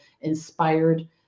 inspired